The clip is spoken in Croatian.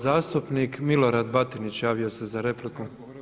Zastupnik Milorad Batinić javio se za repliku.